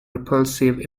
repulsive